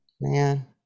man